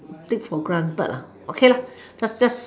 take for granted ah okay just just